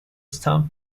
stamp